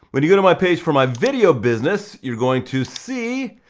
when you go to my page for my video business, you're going to see,